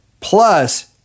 plus